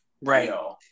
Right